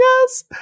Yes